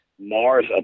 Mars